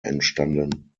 entstanden